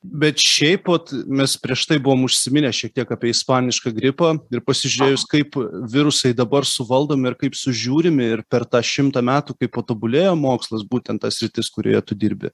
bet šiaip vat mes prieš tai buvom užsiminę šiek tiek apie ispanišką gripą ir pasižiūrėjus kaip virusai dabar suvaldomi ir kaip sužiūrimi ir per tą šimtą metų kai patobulėjo mokslas būtent ta sritis kurioje tu dirbi